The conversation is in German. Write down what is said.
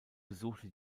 besuchte